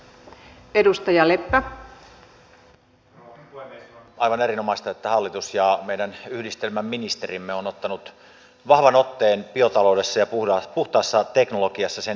on aivan erinomaista että hallitus ja meidän yhdistelmäministerimme on ottanut vahvan otteen biotaloudessa ja puhtaassa teknologiassa niiden edistämisessä